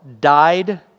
died